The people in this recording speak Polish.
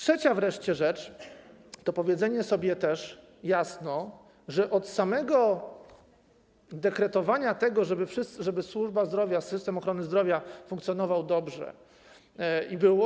Wreszcie trzecia rzecz to powiedzenie sobie też jasno, że od samego dekretowania tego, żeby służba zdrowia, system ochrony zdrowia funkcjonował dobrze i był.